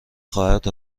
خواهرت